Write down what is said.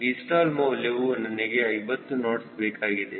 Vstall ಮೌಲ್ಯವು ನನಗೆ 50 knots ಬೇಕಾಗಿದೆ